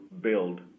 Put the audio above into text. build